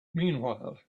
meanwhile